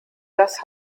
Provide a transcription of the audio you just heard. das